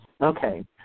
Okay